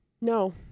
No